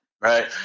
right